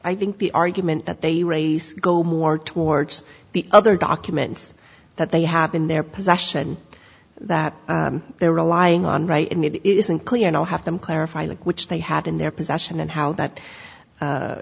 i think the argument that they raise go more towards the other documents that they have in their possession that they're relying on right and it isn't clear and i'll have them clarify link which they had in their possession and how that